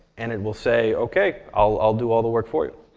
and it will say, ok, i'll do all the work for you.